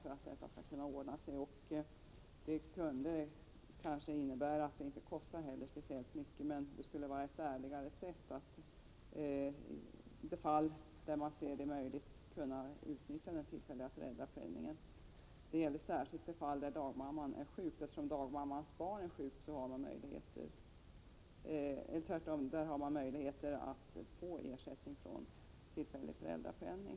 Det innebär att förslaget inte skulle kosta speciellt mycket, men det skulle vara ett ärligare sätt att kunna utnyttja den tillfälliga föräldrapenningen. Det gäller särskilt det fall när dagmammans barn är sjukt. När dagmamman är sjuk har man möjlighet att få ersättning via tillfällig föräldrapenning.